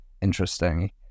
interesting